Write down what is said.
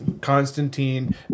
Constantine